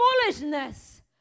foolishness